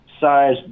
size